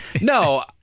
No